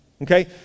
Okay